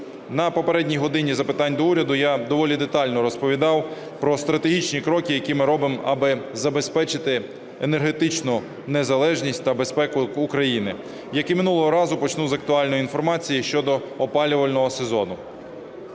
На попередній "годині запитань до Уряду" я доволі детально розповідав про стратегічні кроки, які ми робимо, аби забезпечити енергетичну незалежність та безпеку України. Як і минулого разу, почну з актуальної інформації щодо опалювального сезону.